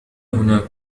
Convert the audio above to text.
هناك